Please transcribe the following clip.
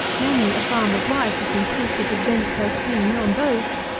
many a farmer's wife has been tempted to vent her spleen on both.